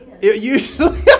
Usually